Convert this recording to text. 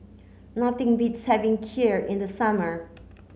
nothing beats having Kheer in the summer